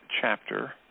chapter